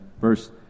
verse